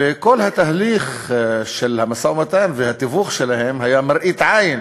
וכל התהליך של המשא-ומתן והתיווך שלהם היה מראית עין,